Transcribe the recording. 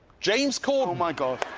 james corden. like um